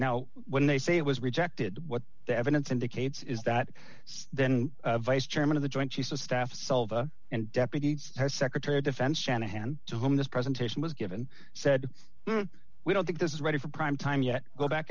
now when they say it was rejected what the evidence indicates is that then vice chairman of the joint chiefs of staff silva and deputy secretary of defense shanahan to whom this presentation was given said we don't think this is ready for prime time yet go back